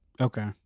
Okay